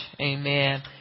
amen